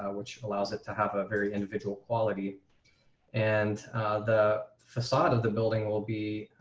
ah which allows it to have a very individual quality and the facade of the building will be